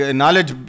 knowledge